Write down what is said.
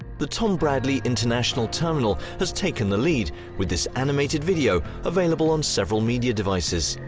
the tom bradley international terminal has taken the lead with this animated video available on several media devices.